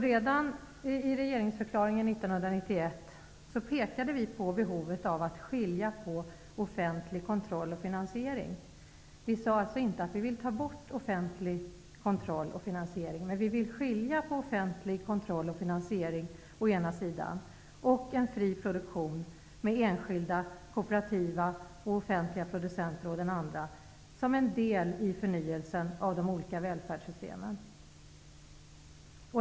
Redan i regeringsförklaringen 1991 markerade vi vår ståndpunkt. Vi sade inte att vi vill ta bort offentlig kontroll och finansiering. Men vi vill skilja på offentlig kontroll och finansiering å ena sidan och en fri produktion med enskilda, kooperativa och offentliga producenter å den andra som en del i förnyelsen av de olika välfärdssystemen.